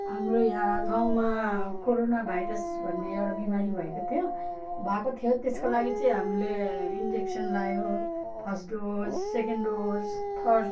हाम्रो यहाँ गाउँमा कोराना भाइरस भन्ने एउटा बिमारी भएको थियो भएको थियो त्यसको लागि चाहिँ हामीले इन्जेक्सन लगायो first dose second dose third